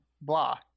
blah